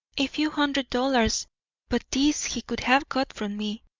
a few hundred dollars but these he could have got from me,